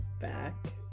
back